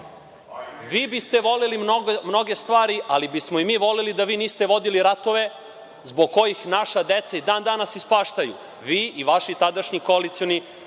Vi biste voleli mnoge stvari, ali bismo i mi voleli da vi niste vodili ratove zbog kojih naša deca i dan danas ispaštaju, vi i vaši tadašnji koalicioni